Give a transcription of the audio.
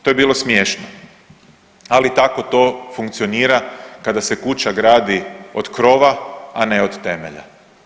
To je bilo smiješno, ali tako to funkcionira kada se kuća gradi od krova, a ne od temelja.